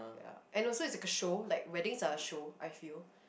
and also it's like a show like weddings are a show I feel